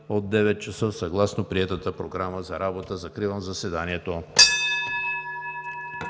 от 9,00 ч. съгласно приетата Програма за работа. Закривам заседанието.